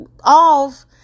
off